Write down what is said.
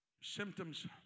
Symptoms